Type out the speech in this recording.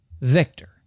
Victor